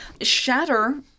Shatter